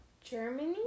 Germany